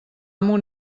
amo